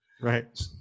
Right